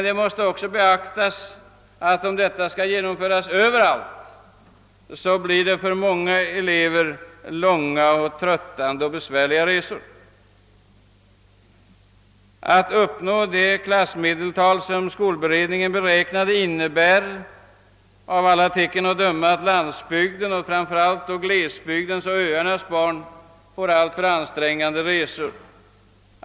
Det måste dock beaktas att om skolberedningens beräknade klassmedeltal skall uppnås överallt, innebär det av alla tecken att döma att många elever på landsbygden — framför allt glesbygdens och öarnas barn — får alltför långa och tröttande resor.